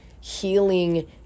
healing